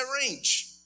range